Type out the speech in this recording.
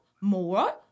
more